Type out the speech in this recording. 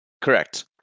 Correct